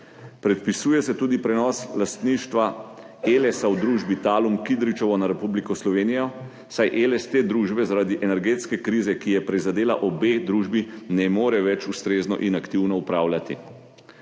Predpisuje se tudi prenos lastništva Elesa v družbi Talum Kidričevo na Republiko Slovenijo, saj Eles te družbe zaradi energetske krize, ki je prizadela obe družbi, ne more več ustrezno in aktivno upravljati.